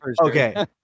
okay